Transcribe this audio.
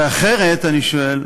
הרי אחרת, אני שואל,